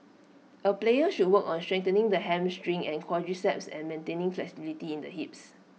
A player should work on strengthening the hamstring and quadriceps and maintaining flexibility in the hips